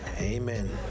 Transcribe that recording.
amen